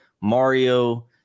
Mario